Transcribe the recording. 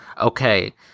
Okay